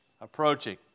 approaching